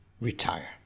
retire